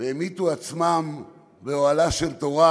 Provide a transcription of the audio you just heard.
והמיתו עצמם באוהלה של תורה